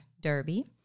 Derby